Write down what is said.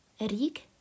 RIG